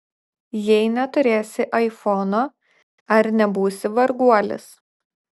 jei neturėsi aifono ar nebūsi varguolis